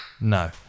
No